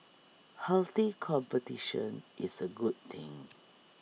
healthy competition is A good thing